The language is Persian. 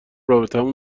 رابطمون